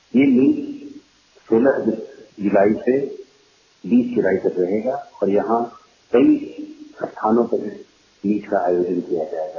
ये मीट सोलह से बीस जुलाई तक रहेगा और यहां कई स्थानों पर मीट का आयोजन किया जायेगा